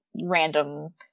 random